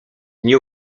nie